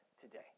today